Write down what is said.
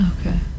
Okay